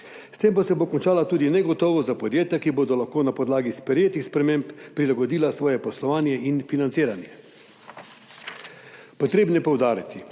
s tem pa se bo končala tudi negotovost za podjetja, ki bodo lahko na podlagi sprejetih sprememb prilagodila svoje poslovanje in financiranje. Treba je poudariti,